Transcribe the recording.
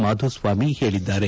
ಮಾಧುಸ್ವಾಮಿ ಹೇಳಿದ್ದಾರೆ